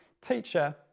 Teacher